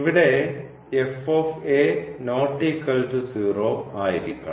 ഇവിടെ ആയിരിക്കണം